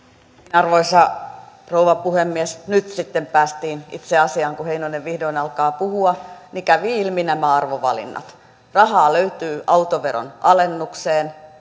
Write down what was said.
arvoisa rouva puhemies nyt sitten päästiin itse asiaan kun heinonen vihdoin alkaa puhua niin kävivät ilmi nämä arvovalinnat rahaa löytyy autoveron alennukseen